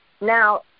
now